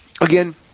again